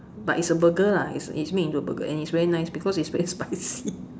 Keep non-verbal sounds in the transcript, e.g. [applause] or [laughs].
but is a burger lah it it's made into a burger but is very nice because is very spicy [laughs]